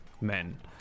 men